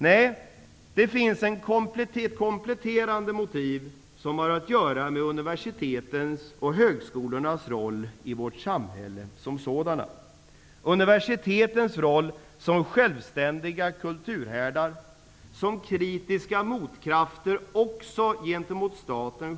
Nej, det finns ett kompletterande motiv, som har att göra med universitetens och högskolornas roll i vårt samhälle, t.ex. universitetens roll som självständiga kulturhärdar och kritiska motkrafter, också gentemot staten.